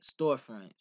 storefronts